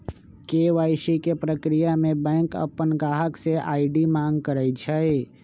KYC के परक्रिया में बैंक अपन गाहक से आई.डी मांग करई छई